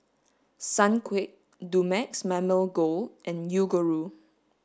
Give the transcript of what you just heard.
Sunquick Dumex Mamil Gold and Yoguru